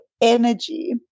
energy